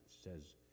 says